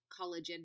collagen